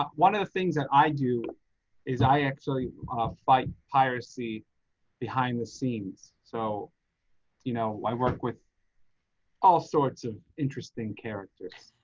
one of the things that i do is i actually fight piracy behind the scenes, so you know why work with all sorts of interesting characters,